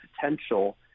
potential